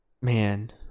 Man